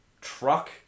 Truck